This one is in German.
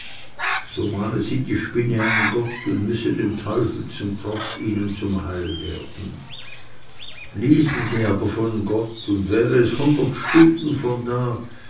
so mahne sie die spinne an gott und müsse dem teufel zum trotz ihnen zum heil werden ließen sie aber von gott und wäre es hundert stunden von da